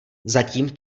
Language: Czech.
zatím